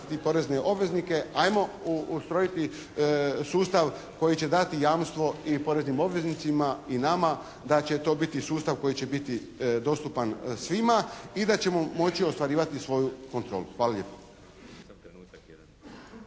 porezne obveznike, ajmo ustrojiti sustav koji će dati jamstvo i poreznim obveznicima i nama da će to biti sustav koji će biti dostupan svima i da ćemo moći ostvarivati svoju kontrolu. Hvala lijepo.